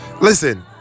listen